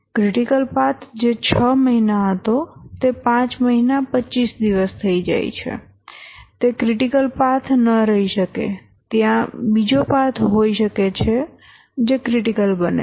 critical path જે 6 મહિના હતો તે 5 મહિના 25 દિવસ થઈ જાય છે તે ક્રિટિકલ પાથ ન રહી શકે ત્યાં બીજો પાથ હોઈ શકે છે જે ક્રિટિકલ બને છે